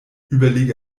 überlege